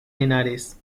henares